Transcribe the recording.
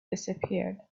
disappeared